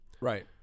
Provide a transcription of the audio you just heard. Right